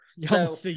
So-